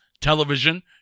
television